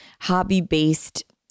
hobby-based